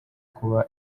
kuba